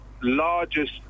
largest